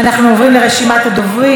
אנחנו עוברים לרשימת הדוברים.